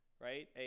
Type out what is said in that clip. right